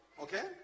Okay